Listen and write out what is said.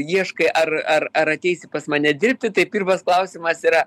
ieškai ar ar ar ateisi pas mane dirbti tai pirmas klausimas yra